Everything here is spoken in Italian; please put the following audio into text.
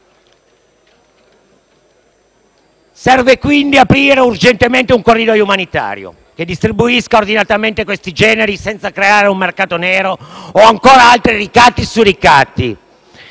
Serve quindi aprire urgentemente un corridoio umanitario che distribuisca ordinatamente questi generi, senza creare un mercato nero o ancora altri ricatti su ricatti.